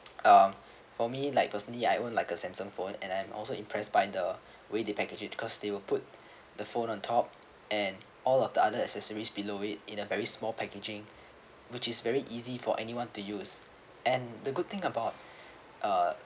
uh for me like personally I won't like a Samsung phone and I'm also impressed by the way they package it cause they will put the phone on top and all of the other accessories below it in a very small packaging which is very easy for anyone to use and the good thing about uh